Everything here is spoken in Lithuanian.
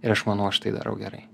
ir aš manau aš tai darau gerai